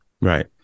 Right